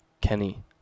Kenny